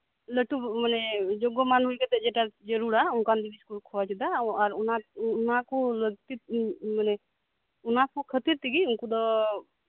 ᱞᱟᱹᱴᱩ ᱡᱳᱜᱜᱚ ᱢᱟᱞ ᱦᱩᱭ ᱠᱟᱛᱮᱜ ᱡᱮᱴᱟ ᱡᱟᱹᱨᱩᱲᱟ ᱚᱱᱠᱟᱱ ᱠᱚ ᱠᱷᱚᱡ ᱫᱟ ᱟᱨ ᱚᱱᱟᱠᱚ ᱞᱟᱹᱠᱛᱤ ᱢᱟᱱᱮ ᱚᱱᱟᱠᱚ ᱠᱷᱟᱹᱛᱤᱨ ᱛᱮᱜᱮ ᱩᱱᱠᱩ ᱫᱚ